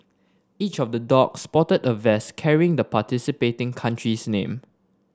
each of the dog sported a vest carrying the participating country's name